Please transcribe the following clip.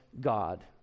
God